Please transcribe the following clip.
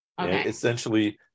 Essentially